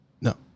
No